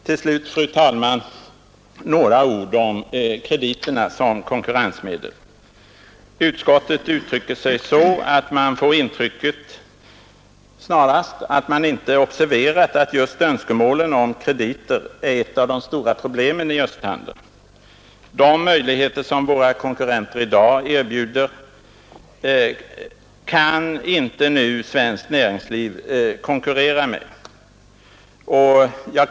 Till slut, fru talman, några ord om krediterna som konkurrensmedel. Utskottet uttrycker sig så att man får intrycket att det inte observerat att just önskemålen om krediter är ett av de stora problemen i östhandeln. De möjligheter som våra konkurrenter i dag erbjuder kan svenskt näringsliv för närvarande inte konkurrera med.